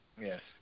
Yes